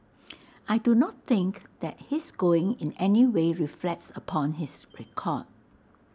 I do not think that his going in anyway reflects upon his record